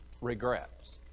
regrets